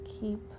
keep